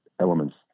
elements